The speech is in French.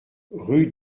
rue